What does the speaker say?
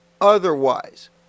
otherwise